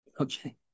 Okay